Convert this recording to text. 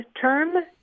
term